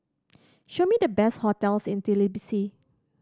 show me the best hotels in Tbilisi